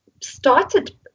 started